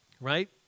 Right